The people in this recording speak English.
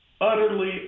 Utterly